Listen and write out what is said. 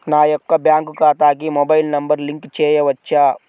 నా యొక్క బ్యాంక్ ఖాతాకి మొబైల్ నంబర్ లింక్ చేయవచ్చా?